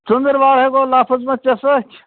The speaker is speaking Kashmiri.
ژٔنٛدروار ہے گوٚو لفٕظ وۅنۍ ژےٚ سۭتۍ